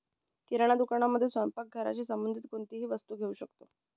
किराणा दुकानामध्ये स्वयंपाक घराशी संबंधित कोणतीही वस्तू घेऊ शकतो